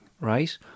right